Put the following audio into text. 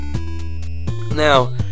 Now